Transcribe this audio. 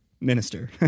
minister